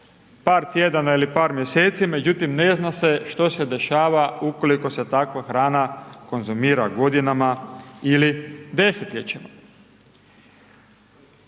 par tjedana ili par mjeseci, međutim, ne zna se što se dešava, ukoliko se takva hrana konzumira godinama ili desetljećima.